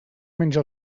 menja